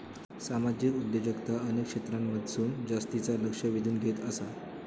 सामाजिक उद्योजकता अनेक क्षेत्रांमधसून जास्तीचा लक्ष वेधून घेत आसा